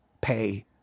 pay